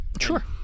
Sure